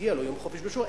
מגיע לו יום חופש בשבוע,